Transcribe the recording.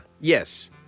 yes